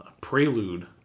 prelude